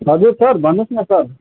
हजुर सर भन्नु होस् न सर